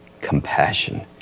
compassion